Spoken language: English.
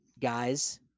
guys